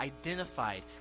identified